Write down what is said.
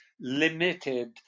limited